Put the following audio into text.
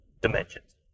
dimensions